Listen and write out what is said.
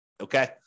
Okay